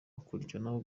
hakurikiraho